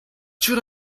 should